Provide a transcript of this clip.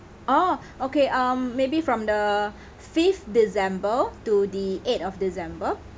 oh okay um maybe from the fifth december to the eighth of december